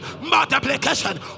multiplication